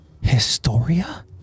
Historia